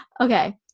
Okay